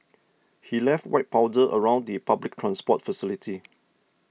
he left white powder around the public transport facility